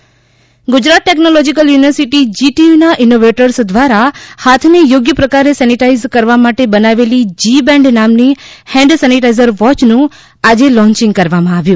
ૈ Gujarat technological university જીટીયુના innovators દ્વારા હાથને યોગ્ય પ્રકારે સેનેટાઇઝ કરવા માટે બનાવેલી જી બેન્ડ નામની હેન્ડ સેનેટાઇઝર વોચનું આજે લોન્ચિંગ કરવામાં આવ્યું